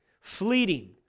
fleeting